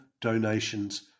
donations